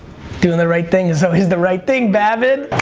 doing the right thing is is the right thing, babin.